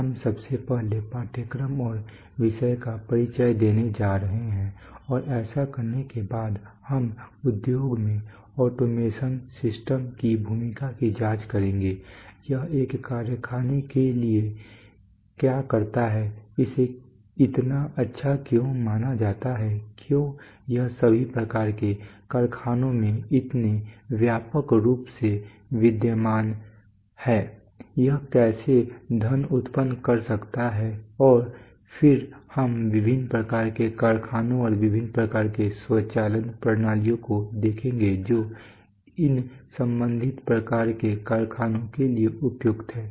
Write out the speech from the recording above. हम सबसे पहले पाठ्यक्रम और विषय का परिचय देने जा रहे हैं और ऐसा करने के बाद हम उद्योग में ऑटोमेशन सिस्टम की भूमिका की जांच करेंगे यह एक कारखाने के लिए क्या करता है इसे इतना अच्छा क्यों माना जाता है क्यों यह सभी प्रकार के कारखानों में इतने व्यापक रूप से विद्यमान पाया जाता है यह कैसे धन उत्पन्न कर सकता है और फिर हम विभिन्न प्रकार के कारखानों और विभिन्न प्रकार के स्वचालन प्रणालियों को देखेंगे जो इन संबंधित प्रकार के कारखानों के लिए उपयुक्त हैं